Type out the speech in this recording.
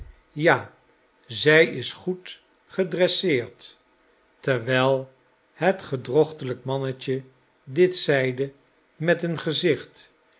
ja zij is goed gedresseerd terwijl het gedrochtelijk mannetje dit zeide met een gezicht